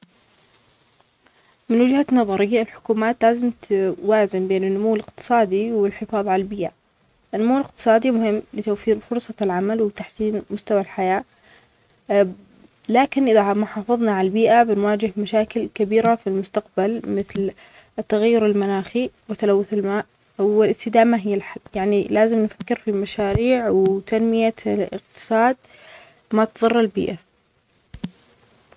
الحكومات لازم توازن بين النمو الاقتصادي والحفاظ على البيئة. النمو الاقتصادي مهم علشان يرفع مستوى الحياة ويوفر فرص العمل، لكن بدون الحفاظ على البيئة، ما راح يكون في مستقبل مستدام. لازم يكون في استراتيجيات تدمج بين الاثنين لضمان تنمية مستدامة للأجيال القادمة.